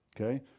Okay